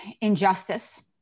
Injustice